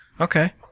okay